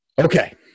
Okay